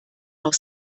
noch